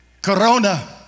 corona